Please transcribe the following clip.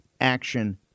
action